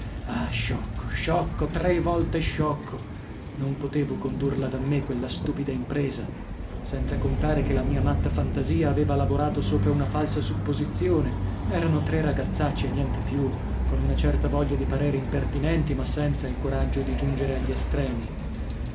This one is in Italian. ah sciocco sciocco tre volte sciocco non potevo condurla da me quella stupida impresa senza contare che la mia matta fantasia aveva lavorato sopra una falsa supposizione erano tre ragazzacci e niente più con una certa voglia di parere impertinenti ma senza il coraggio di giungere agli estremi